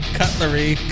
cutlery